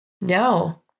No